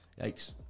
yikes